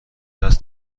است